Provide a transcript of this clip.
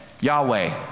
Yahweh